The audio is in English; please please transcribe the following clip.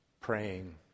praying